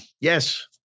Yes